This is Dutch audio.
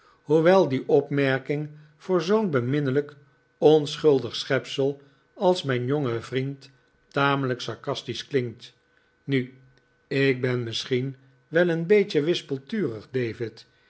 hoewel die opmerking voor zoo'n beminnelijk onschuldig schepsel als mijn jonge vriend tamelijk sarcastisch klinkt nu ik ben misschien wel een beetje wispelturig david